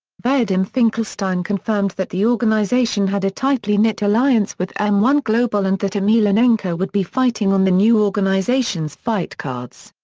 vadim finkelstein confirmed that the organization had a tightly knit alliance with m one global and that emelianenko would be fighting on the new organization's fight cards.